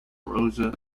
rosa